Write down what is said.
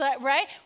right